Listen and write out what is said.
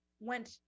went